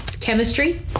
Chemistry